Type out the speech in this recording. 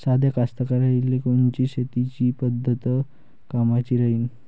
साध्या कास्तकाराइले कोनची शेतीची पद्धत कामाची राहीन?